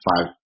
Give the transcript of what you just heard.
five